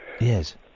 yes